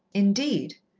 indeed!